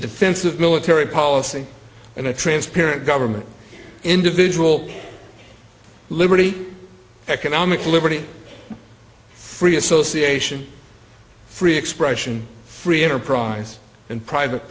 defensive military policy and a transparent government individual liberty economic liberty free association free expression free enterprise and private